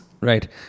right